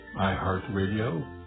iHeartRadio